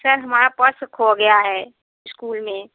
sir हमारा purse खो गया है स्कूल में